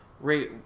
Ray